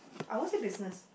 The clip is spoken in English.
I won't say business